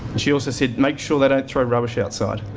she also said make sure they don't throw rubbish outside.